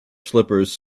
slippers